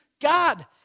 God